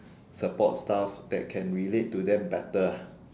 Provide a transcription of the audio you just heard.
support staff that can relate to them better ah